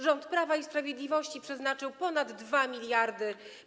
Rząd Prawa i Sprawiedliwości przeznaczył ponad 2 mld zł.